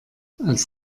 als